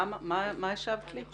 מה השבת לי?